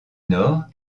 nord